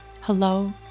hello